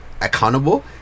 accountable